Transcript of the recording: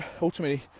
ultimately